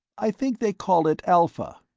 i think they call it alpha.